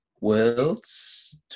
Worlds